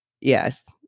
Yes